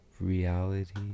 Reality